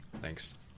thanks